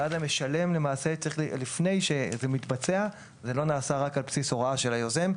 זה לא נעשה רק על בסיס הוראה של היוזם,